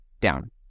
down